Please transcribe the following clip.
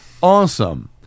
awesome